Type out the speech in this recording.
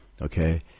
okay